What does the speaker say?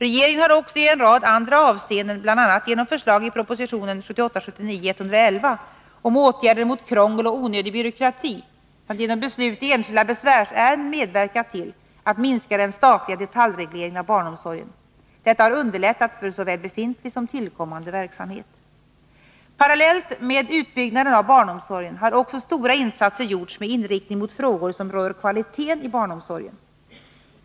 Regeringen har också i en rad andra avseenden, bl.a. genom förslag i proposition 1978/79:111 om åtgärder mot krångel och onödig byråkrati samt genom beslut i enskilda besvärsärenden medverkat till att minska den statliga detaljregleringen av barnomsorgen. Detta har underlättat för såväl befintlig som tillkommande verksamhet. Parallellt med utbyggnaden av barnomsorgen har också stora insatser gjorts med inriktning mot frågor som rör kvaliteten i barnomsorgen.